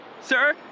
Sir